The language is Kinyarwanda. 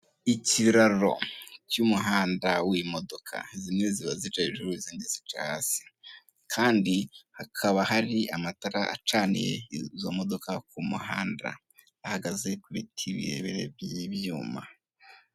Ikiraro cy'umuhanda w'imodoka zimwe ziba zica hejuru izindi zica hasi Kandi hakaba hari amatara acaniye izomodoka kumuhanda, ahagaze kubiti birebire byibyuma.